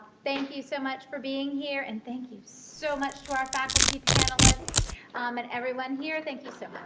thank you so much for being here and thank you so much for our faculty panelists um and everyone here. thank you so